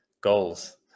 goals